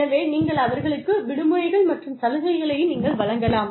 எனவே நீங்கள் அவர்களுக்கு விடுமுறைகள் மற்றும் சலுகைகளை நீங்கள் வழங்கலாம்